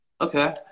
Okay